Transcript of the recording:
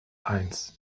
eins